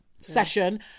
session